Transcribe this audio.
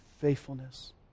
faithfulness